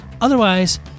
Otherwise